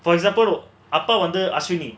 for example அப்பா வந்து Ashwini vandhu aswini